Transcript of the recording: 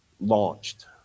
launched